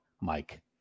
Mike